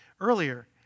earlier